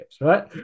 right